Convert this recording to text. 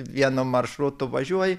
vienu maršrutu važiuoji